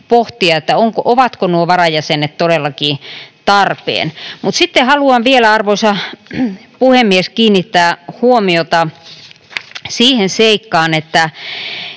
pohtia, ovatko nuo varajäsenet todellakin tarpeen. Sitten haluan vielä, arvoisa puhemies, kiinnittää huomiota siihen seikkaan,